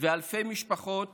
ואלפי משפחות